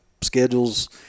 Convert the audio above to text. schedules